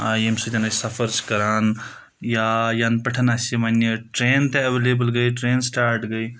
ییٚمہِ سۭتۍ أسۍ سَفر چھِ کَران یا یَنہٕ پؠٹھ اَسہِ وَنہِ ٹرٛین تہِ اَیٚویلَیبٕل گٔے ٹرٛین سٕٹاٹ گٔے